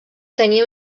tenia